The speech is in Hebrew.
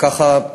וככה,